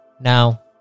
Now